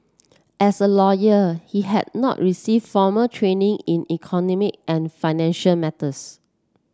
as a lawyer he had not receive formal training in economy and financial matters